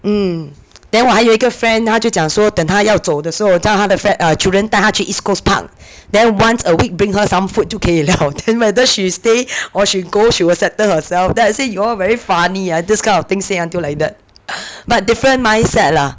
mm then 我还有一个她就讲说等她要走的时候叫她的 friend err children 带她去 east coast park then once a week bring her some food 就可以了 then whether she stay or she go then she will settle herself then I say you all very funny uh this kind of thing say until like that but different mindset lah